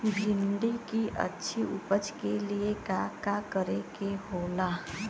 भिंडी की अच्छी उपज के लिए का का करे के होला?